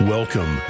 Welcome